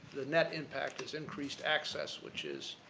the net impact, is increased access, which is,